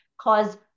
cause